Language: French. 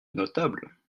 notable